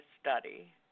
study